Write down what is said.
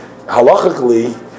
Halachically